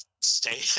stay